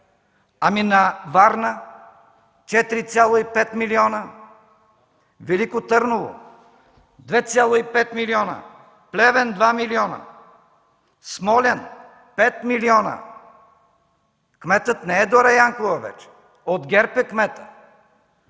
Ами за Варна – 4,5 милиона; Велико Търново – 2,5 милиона; Плевен – 2 милиона; Смолян – 5 милиона, кметът не е Дора Янкова вече. От ГЕРБ е кметът.